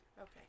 Okay